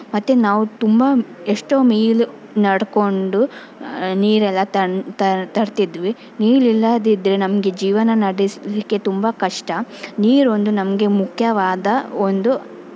ಮತ್ತು ನಾವು ತುಂಬ ಎಷ್ಟೋ ಮೇಯ್ಲ್ ನಡ್ಕೊಂಡು ನೀರೆಲ್ಲ ತನ್ ತರ್ ತರ್ತಿದ್ವಿ ನೀರಿಲ್ಲದಿದ್ದರೆ ನಮಗೆ ಜೀವನ ನಡೆಸಲಿಕ್ಕೆ ತುಂಬ ಕಷ್ಟ ನೀರೊಂದು ನಮಗೆ ಮುಖ್ಯವಾದ ಒಂದು